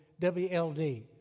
WLD